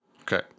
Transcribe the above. Okay